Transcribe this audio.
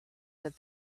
that